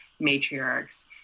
matriarchs